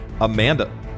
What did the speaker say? Amanda